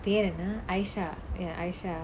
பெரு என்ன:peru enna aisyah ya aisyah